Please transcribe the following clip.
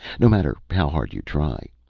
no matter how hard you try.